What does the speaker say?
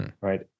right